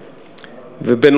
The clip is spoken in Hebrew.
בנגב וגם בגליל.